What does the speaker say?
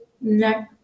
No